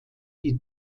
die